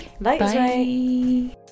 Bye